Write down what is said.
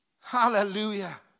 Hallelujah